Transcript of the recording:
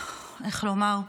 איך לומר,